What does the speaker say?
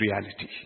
reality